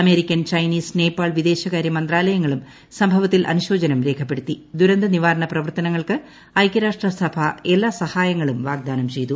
American Chinese Nepal വിദേശകാര്യ മന്ത്രാലയങ്ങളും സംഭവത്തിൽ അനുശോചനം പ്രവർത്തനങ്ങൾക്ക് ഐക്യരാഷ്ട്ര സഭ എല്ലാ സഹായങ്ങളും വാഗ്ദാനം ചെയ്തു